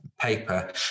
paper